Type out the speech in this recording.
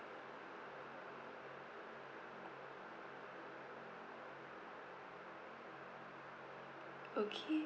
okay